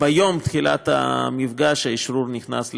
ביום תחילת המפגש האשרור נכנס לתוקף.